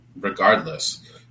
regardless